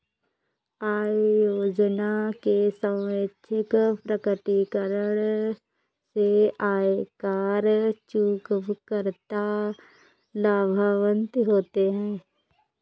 आय योजना के स्वैच्छिक प्रकटीकरण से आयकर चूककर्ता लाभान्वित होते हैं